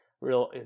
real